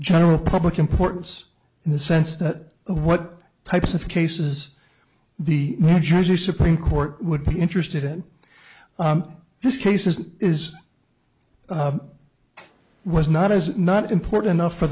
general public importance in the sense that what types of cases the new jersey supreme court would be interested in this case is is it was not as not important enough for